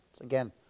Again